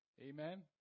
Amen